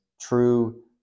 true